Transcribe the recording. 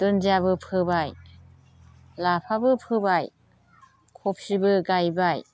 दुन्दियाबो फोबाय लाफाबो फोबाय क'फिबो गायबाय